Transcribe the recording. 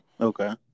Okay